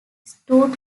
stood